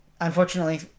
unfortunately